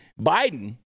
Biden